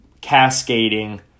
cascading